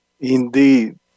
Indeed